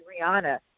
Rihanna